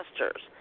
Masters